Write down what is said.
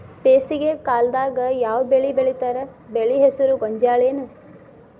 ಬೇಸಿಗೆ ಕಾಲದಾಗ ಯಾವ್ ಬೆಳಿ ಬೆಳಿತಾರ, ಬೆಳಿ ಹೆಸರು ಗೋಂಜಾಳ ಏನ್?